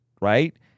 right